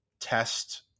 test